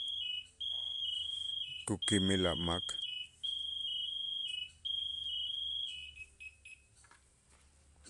Kukimil a' mak